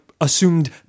assumed